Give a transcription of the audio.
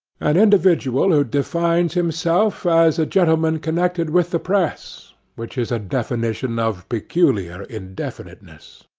an individual who defines himself as a gentleman connected with the press which is a definition of peculiar indefiniteness.